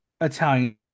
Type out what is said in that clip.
Italian